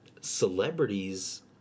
celebrities